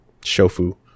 Shofu